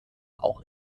auch